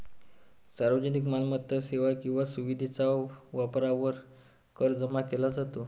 सार्वजनिक मालमत्ता, सेवा किंवा सुविधेच्या वापरावर कर जमा केला जातो